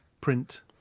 print